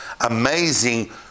amazing